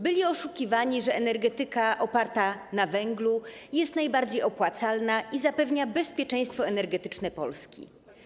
Byli oszukiwani, że energetyka oparta na węglu jest najbardziej opłacalna i zapewnia bezpieczeństwo energetyczne Polski.